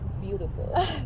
beautiful